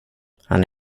han